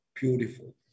beautiful